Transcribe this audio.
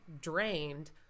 drained